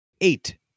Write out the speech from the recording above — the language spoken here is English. eight